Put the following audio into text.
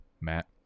Matt